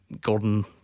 Gordon